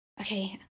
Okay